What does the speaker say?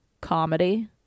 comedy